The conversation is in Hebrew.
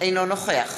אינו נוכח